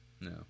No